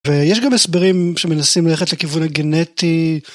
ויש גם הסברים שמנסים ללכת לכיוון הגנטי.